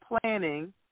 planning